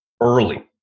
early